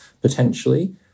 potentially